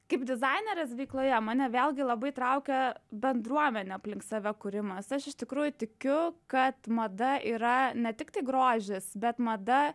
kaip dizainerės veikloje mane vėlgi labai traukia bendruomenė aplink save kūrimas aš iš tikrųjų tikiu kad mada yra ne tiktai grožis bet mada